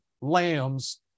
lambs